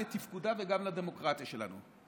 לתפקודה וגם לדמוקרטיה שלנו.